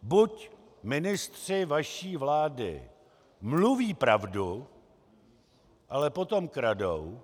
Buď ministři vaší vlády mluví pravdu, ale potom kradou.